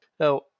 Now